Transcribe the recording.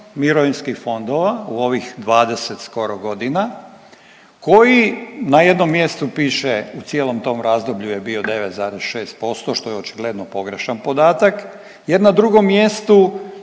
mirovinski fondova u ovih 20 skoro godina, koji na jednom mjestu piše u cijelom tom razdoblju je bio 9,6%, što je očigledno pogrešan podatak jer na drugom mjestu